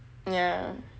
yah